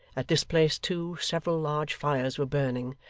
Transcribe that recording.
at this place too, several large fires were burning,